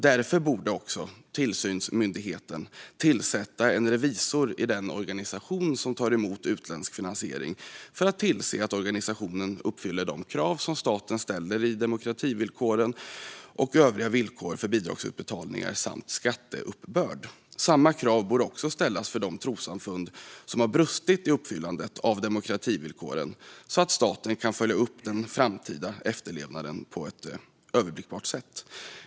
Därför borde också tillsynsmyndigheten tillsätta en revisor i den organisation som tar emot utländsk finansiering för att tillse att organisationen uppfyller de krav som staten har ställt i demokrativillkoren och övriga villkor för bidragsutbetalningar samt skatteuppbörd. Samma krav borde ställas för de trossamfund som har brustit i uppfyllandet av demokrativillkoren så att staten kan följa upp den framtida efterlevnaden på ett överblickbart sätt.